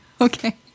Okay